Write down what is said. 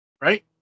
right